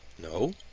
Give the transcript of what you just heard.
no.